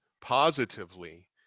positively